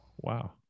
Wow